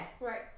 Right